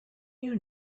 you